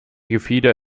gefieder